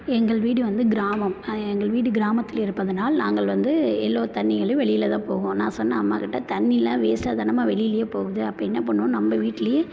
எங்கள் வீடு வந்து கிராமம் எங்கள் வீடு கிராமத்தில் இருப்பதனால் நாங்கள் வந்து எல்லா தண்ணிகளும் வெளியில் தான் போகும் நான் சொன்னே அம்மாக்கிட்டே தண்ணிலாம் வேஸ்ட்டாக தானேம்மா வெளியிலேயே போகுது அப்போ என்ன பண்ணணும் நம்ம வீட்லேயே